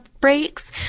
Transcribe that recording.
breaks